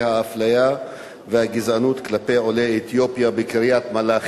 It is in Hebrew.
האפליה והגזענות כלפי עולי אתיופיה בקריית-מלאכי: